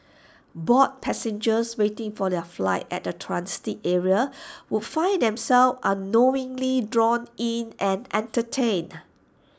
bored passengers waiting for their flight at the transit area would find themselves unknowingly drawn in and entertained